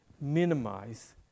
minimize